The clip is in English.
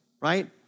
right